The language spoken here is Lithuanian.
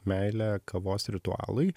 meilę kavos ritualui